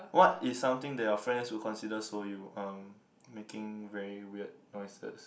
what is something that your friends would consider so you um making very weird noises